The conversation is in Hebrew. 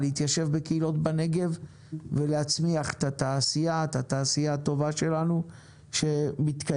להתיישב בקהילות בנגב ולהצמיח את התעשייה הטובה שלנו שמתקיימת.